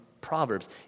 Proverbs